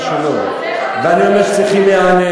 לא אמרתי שלא, ואני אומר שצריכים להיענש.